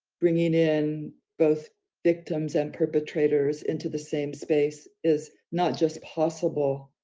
bringing in both victims and perpetrators into the same space is not just possible.